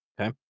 Okay